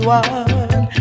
one